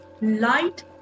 Light